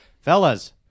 Fellas